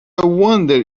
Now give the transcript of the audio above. wonder